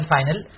Final